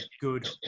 good